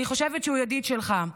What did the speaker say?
אני חושבת שהוא ידיד שלך,